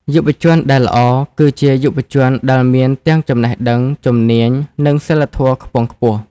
យុវជនដែលល្អ គឺជាយុវជនដែលមានទាំងចំណេះដឹង ជំនាញ និងសីលធម៌ខ្ពង់ខ្ពស់។